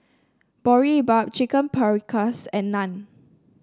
Boribap Chicken Paprikas and Naan